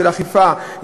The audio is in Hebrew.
של אכיפה,